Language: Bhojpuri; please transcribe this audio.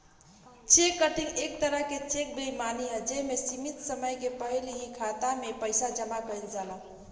चेक कटिंग एक तरह के चेक बेईमानी ह जे में सीमित समय के पहिल ही खाता में पइसा जामा कइल जाला